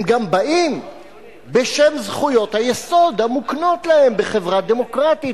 הם גם באים בשם זכויות היסוד המוקנות להם בחברה דמוקרטית.